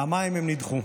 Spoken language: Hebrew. פעמיים הם נדחו,